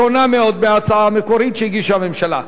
שונה מאוד מההצעה המקורית שהגישה הממשלה.